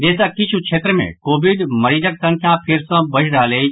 देशक किछु क्षेत्र मे कोविड मरीजक संख्या फेर सॅ बढ़ि रहल अछि